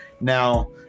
Now